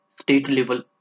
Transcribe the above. state-level